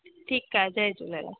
ठीकु आहे जय झूलेलाल